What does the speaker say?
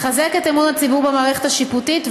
מחזק את אמון הציבור במערכת השיפוטית,